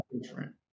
different